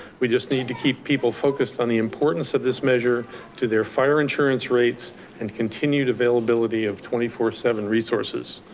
we just need to keep people focused on the importance of this measure to their fire insurance rates and continued availability of twenty four seven resources.